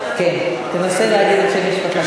כן, תנסה להגיד את שם המשפחה שלי.